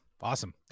awesome